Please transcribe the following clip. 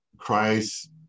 Christ